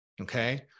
Okay